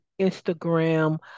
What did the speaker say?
Instagram